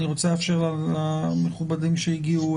אני רוצה לאפשר למכובדים שהגיעו